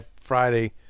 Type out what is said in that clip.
Friday